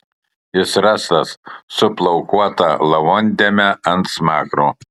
jis rastas su plaukuota lavondėme ant smakro